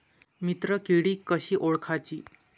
मित्र किडी कशी ओळखाची?